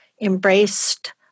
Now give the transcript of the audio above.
Embraced